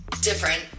different